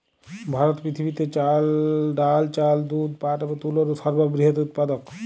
ভারত পৃথিবীতে ডাল, চাল, দুধ, পাট এবং তুলোর সর্ববৃহৎ উৎপাদক